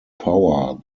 power